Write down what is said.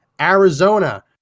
Arizona